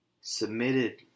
submitted